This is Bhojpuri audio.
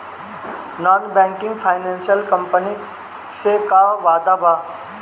नॉन बैंकिंग फाइनेंशियल कम्पनी से का फायदा बा?